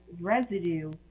residue